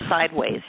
sideways